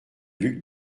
duc